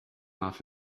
off